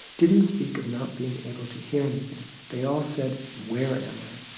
didn't speak of not being able to hear anything, they all said, where am i?